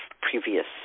previous